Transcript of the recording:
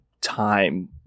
time